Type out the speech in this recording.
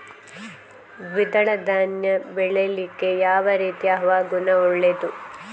ದ್ವಿದಳ ಧಾನ್ಯ ಬೆಳೀಲಿಕ್ಕೆ ಯಾವ ರೀತಿಯ ಹವಾಗುಣ ಒಳ್ಳೆದು?